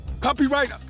Copyright